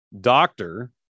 doctor